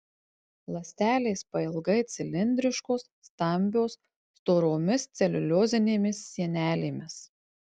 ląstelės pailgai cilindriškos stambios storomis celiuliozinėmis sienelėmis